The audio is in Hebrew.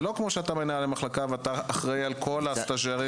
זה לא כמו שאתה מנהל מחלקה ואתה אחראי על כל הסטז'רים,